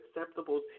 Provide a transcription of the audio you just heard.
acceptable